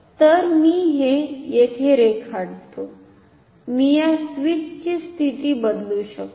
तर मी हे येथे रेखाटतो मी या स्विचची स्थिती बदलू शकतो